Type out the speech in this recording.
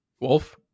wolf